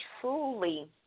truly